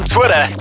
Twitter